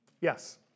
Yes